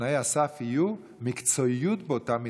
שתנאי הסף יהיו מקצועיות באותה משרה.